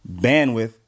Bandwidth